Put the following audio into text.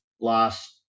last